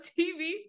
TV